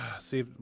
see